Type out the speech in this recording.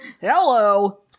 Hello